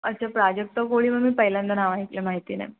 अच्छा प्राजक्ता कोळी मग मी पहिल्यांदा नाव ऐकलं माहिती नाही